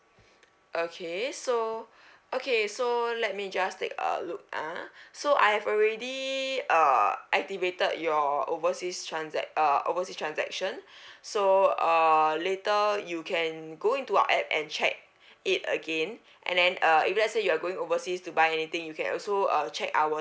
okay so okay so let me just take a look ah so I've already uh activated your overseas transac~ uh oversea transaction so uh later you can go into our app and check it again and then uh if let's say you are going overseas to buy anything you can also uh check our